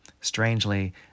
Strangely